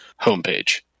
homepage